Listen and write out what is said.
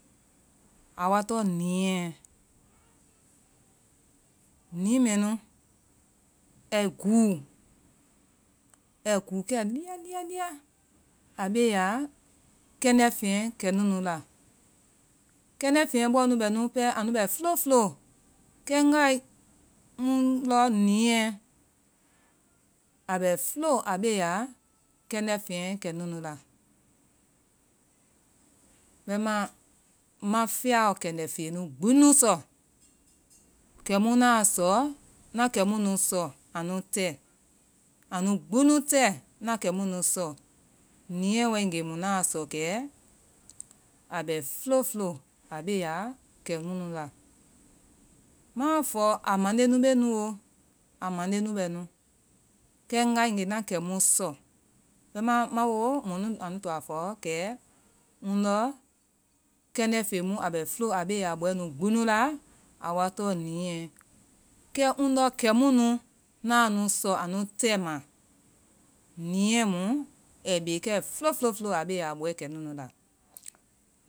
A wa tɔŋ nii, nii mɛnu ai guu ai guu kɛ liya liya liya a beenya kɛndɛ feyɛ kɛnunu la. Kɛndɛ feyɛ bɔɔ nu bɛ, anu pɛɛ anu bɛ fulo fulo, kɛ ŋgaee, ndɔ niiɛ a bɛ fulo, a beenya kɛ ŋgaee, ndɔ niiɛ a bɛ fulo a beeya kɛndɛ feyɛ kɛnunu la, bɛimaa, ŋ ma fiyaɔ kɛndɛ fen nu gbi nu sɔ. Kɛmu ŋaa sɔ ŋa kemu nu sɔ. A nu tɛ. A nu buunu tɛ. Na kemu nu sɔ. niiɛ waegee mu ŋnaa sɔ kɛ a bɛ fulo fulo a beeya a kɛnunu la. maa fɔ a mande nubee nuooo. a mande nu bɛ nu. kɛ ŋgaegee ŋna kɛmu sɔ bɛimaa ma woo mɔ nu anui toa fɔ kɛ ŋ ndɔ kɛndɛ feŋe mu a bɛ fula a beeya bɔɛ nu gbi la a wa tɔŋ niiɛ, kɛ ndɔ kemu nu ŋnaa nu sɔ anu tɛmaa, niiɛ mu ai bee kɛ fulo fulo fulo a beeya a bɔɛ kɛ nu mula.